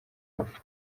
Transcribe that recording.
ubujura